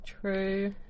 true